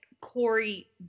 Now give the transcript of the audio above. Corey